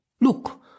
look